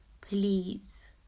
please